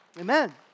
Amen